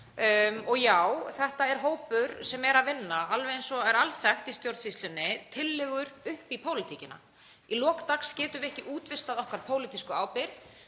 og já, þetta er hópur sem er að vinna alveg eins og er alþekkt í stjórnsýslunni, tillögur upp í pólitíkina. Í lok dags getum við ekki útvistað okkar pólitísku ábyrgð.